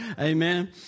amen